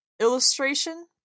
illustration